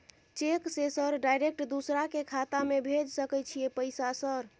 Cheque से sir direct दूसरा के खाता में भेज सके छै पैसा सर?